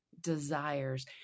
desires